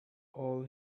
all